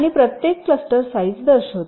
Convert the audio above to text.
आणि प्रत्येक cluster size दर्शवितो